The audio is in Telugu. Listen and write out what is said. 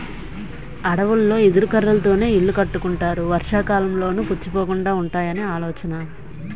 అడవులలో ఎదురు కర్రలతోనే ఇల్లు కట్టుకుంటారు వర్షాకాలంలోనూ పుచ్చిపోకుండా వుంటాయని ఆలోచన